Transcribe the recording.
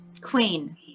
Queen